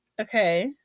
Okay